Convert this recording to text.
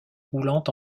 roulant